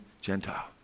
Gentile